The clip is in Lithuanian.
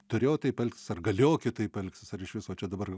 turėjo taip elgtis ar galėjo kitaip elgtis ar iš viso čia dabar